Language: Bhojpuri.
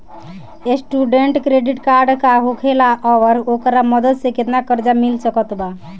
स्टूडेंट क्रेडिट कार्ड का होखेला और ओकरा मदद से केतना कर्जा मिल सकत बा?